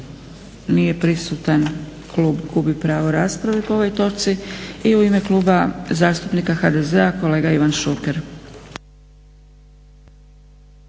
Nije prisutan. Klub gubi pravo rasprave po ovoj točci. I u ime Kluba zastupnika HDZ-a, kolega Ivan Šuker.